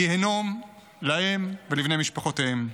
גיהינום להם ולבני משפחותיהם.